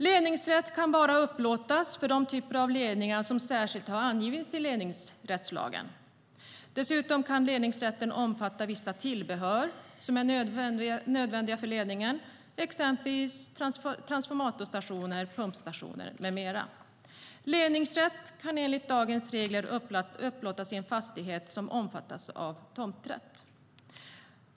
Ledningsrätt kan bara upplåtas för de typer av ledningar som särskilt har angivits i ledningsrättslagen. Dessutom kan ledningsrätten omfatta vissa tillbehör som är nödvändiga för ledningen, exempelvis transformatorstationer, pumpstationer med mera. Ledningsrätt kan enligt dagens regler upplåtas i en fastighet som omfattas av tomträtt.